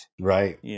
Right